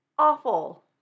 Awful